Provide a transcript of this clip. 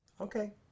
Okay